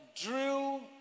drew